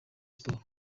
sports